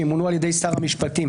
שימונו על ידי שר המשפטים,